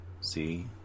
See